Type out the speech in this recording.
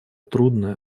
трудное